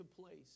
place